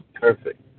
Perfect